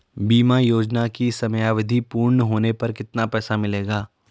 बीमा योजना की समयावधि पूर्ण होने पर कितना पैसा मिलेगा?